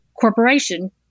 corporation